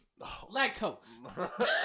Lactose